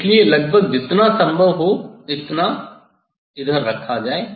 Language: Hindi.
इसलिए लगभग जितना संभव हो उतना इधर रखा जाए